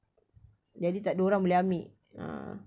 jadi tak ada orang boleh ambil ah